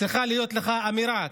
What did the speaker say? צריכה להיות לך אמירה.